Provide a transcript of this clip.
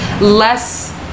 less